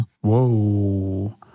Whoa